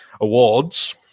awards